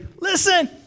listen